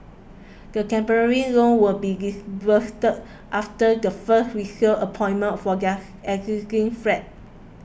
the temporary loan will be disbursed after the first resale appointment for their existing flat